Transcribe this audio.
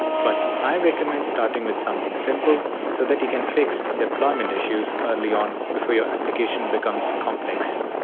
but i recommend starting with something simple so that you can fix deployment issues early on before your application becomes complex.